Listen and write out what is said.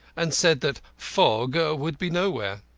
and said that fog would be nowhere.